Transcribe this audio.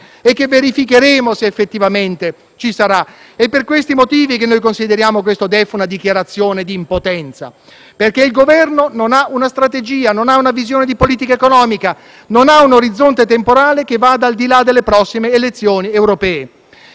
perché il Governo non ha una strategia, non ha una visione di politica economica e non ha un orizzonte temporale che vada al di là delle prossime elezioni europee. Vi siete chiusi in una dimensione di campagna elettorale permanente, ma così facendo avete rinunciato ad ogni ambizione